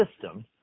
system